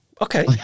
okay